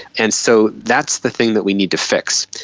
and so that's the thing that we need to fix.